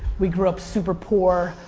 we grew up super poor.